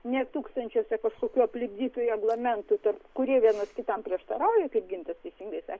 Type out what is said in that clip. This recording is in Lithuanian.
ne tūkstančius kažkokių aplipdytų reglamentų kurie vienas kitam prieštarauja kaip gintas teisingai sakė